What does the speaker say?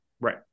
Right